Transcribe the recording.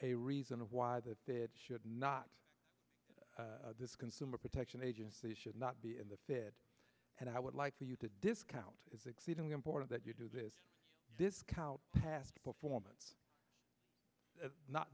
a reason why that should not this consumer protection agency should not be in the fit and i would like for you to discount is exceedingly important that you do this count past performance not